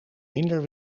minder